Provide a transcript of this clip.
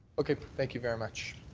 okay. thank you very much.